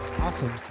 Awesome